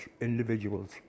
individuals